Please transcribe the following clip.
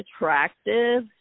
attractive